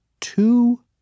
Two